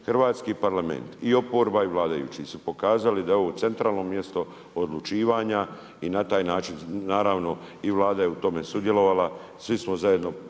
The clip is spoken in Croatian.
hrvatski Parlament i oporba i vladajući su pokazali da je ovo centralno mjesto odlučivanja i na taj način, naravno i Vlada je u tome sudjelovala, svi smo zajedno